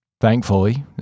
thankfully